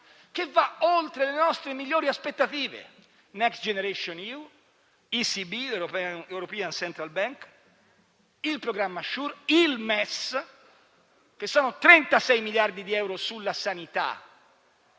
che va oltre le nostre migliori aspettative: Next generation EU, European Central Bank (ECB), il programma SURE, il MES (con 36 miliardi di euro sulla sanità